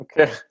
Okay